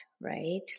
right